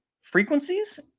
frequencies